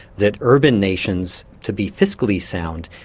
that urban nations to be fiscally sound,